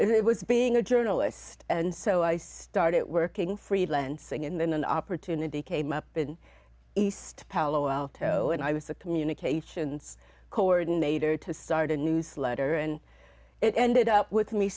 it was being a journalist and so i started working freelance and then an opportunity came up in east palo alto and i was a communications coordinator to start a newsletter and it ended up with me